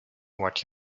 what